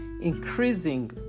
increasing